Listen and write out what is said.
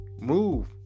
Move